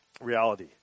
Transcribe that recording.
reality